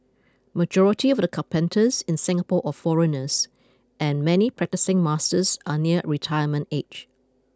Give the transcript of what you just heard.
majority of the carpenters in Singapore are foreigners and many practising masters are nearing retirement age